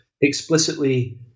explicitly